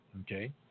okay